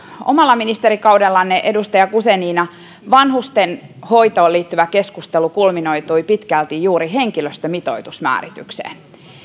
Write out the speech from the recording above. omalla ministerikaudellanne edustaja guzenina vanhustenhoitoon liittyvä keskustelu kulminoitui pitkälti juuri henkilöstömitoitusmääritykseen